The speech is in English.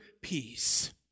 peace